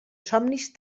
somnis